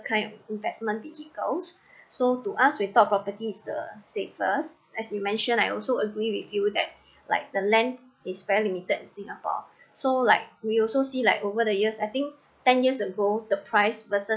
kind of investment vehicles so to us we thought property is the safest as you mentioned I also agree with you that like the land is very limited in singapore so like we also see like over the years I think ten years ago the price versus